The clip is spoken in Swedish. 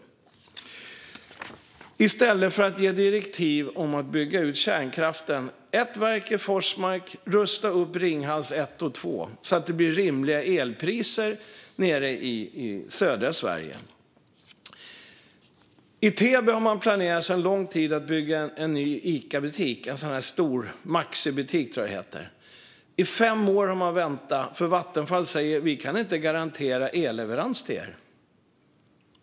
Detta gör man i stället för att ge direktiv om att bygga ut kärnkraften med ett verk i Forsmark och rusta upp Ringhals 1 och 2, så att det blir rimliga elpriser nere i södra Sverige. I Täby har Ica under lång tid planerat att bygga en ny Ica Maxi. I fem år har detta fått vänta, för Vattenfall säger att det inte går att garantera elleverans.